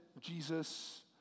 Jesus